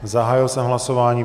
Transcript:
Zahájil jsem hlasování.